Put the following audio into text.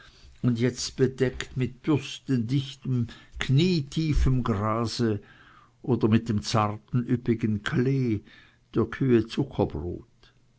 und jetzt bedeckt mit bürstendichtem knietiefem grase oder mit dem zarten üppigen klee der kühe zuckerbrot